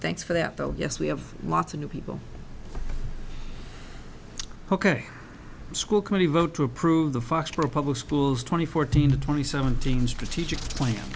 for that though yes we have lots of new people ok school committee vote to approve the foxboro public schools twenty fourteen twenty seventeen strategic plan